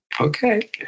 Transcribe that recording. Okay